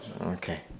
Okay